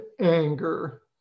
anger